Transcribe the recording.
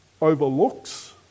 overlooks